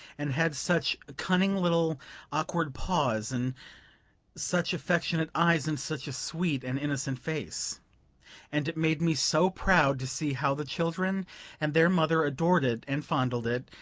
and had such cunning little awkward paws, and such affectionate eyes, and such a sweet and innocent face and it made me so proud to see how the children and their mother adored it, and fondled it,